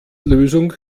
lösung